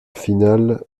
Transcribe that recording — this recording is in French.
finale